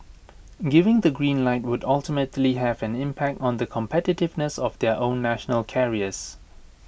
giving the green light would ultimately have an impact on the competitiveness of their own national carriers